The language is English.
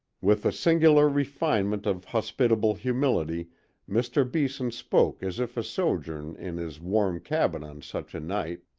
with a singular refinement of hospitable humility mr. beeson spoke as if a sojourn in his warm cabin on such a night,